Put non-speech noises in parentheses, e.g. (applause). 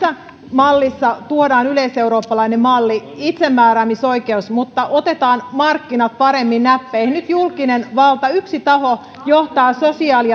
mallissa tuodaan yleiseurooppalainen malli itsemääräämisoikeus mutta otetaan markkinat paremmin näppeihin nyt julkinen valta yksi taho johtaa sosiaali (unintelligible)